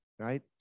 right